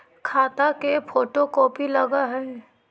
खाता के photo copy लगहै?